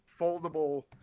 foldable